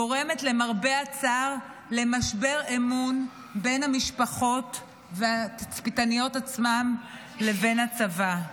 גורמת למרבה הצער למשבר אמון בין המשפחות והתצפיתניות עצמן לבין הצבא.